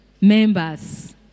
members